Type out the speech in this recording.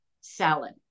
Salad